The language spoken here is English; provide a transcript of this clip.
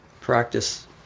practice